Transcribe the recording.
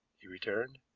he returned.